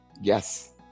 Yes